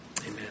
amen